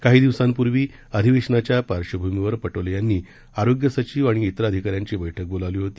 काही दिवसांपूर्वी अधिवेशनाच्या पार्श्वभूमिवर पटोले यांनी आरोग्य सचीव आणि अन्य अधिकाऱ्यांची बैठकही बोलावली होती